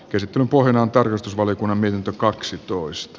käsittelyn pohjana on tarkastusvaliokunnan mietintö kaksitoista